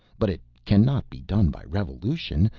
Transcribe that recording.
but it cannot be done by revolution,